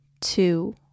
two